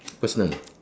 personal